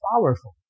powerful